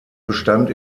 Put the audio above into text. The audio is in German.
bestand